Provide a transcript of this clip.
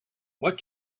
what